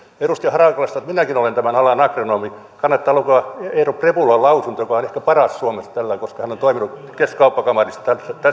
edustaja harakalle sanon että minäkin olen tämän alan agronomi kannattaa lukea eero prepulan lausunto hän on ehkä paras suomessa koska hän on toiminut keskuskauppakamarissa